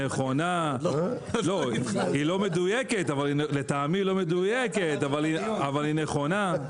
לא, לטעמי היא לא מדויקת, אבל היא נכונה,